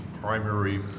primary